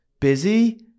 busy